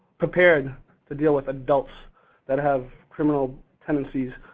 prepared to deal with adults that have criminal tendencies,